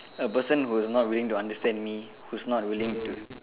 a person who is not willing to understand me who's not willing to